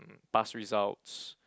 past results